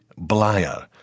Blyer